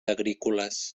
agrícoles